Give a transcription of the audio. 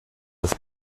das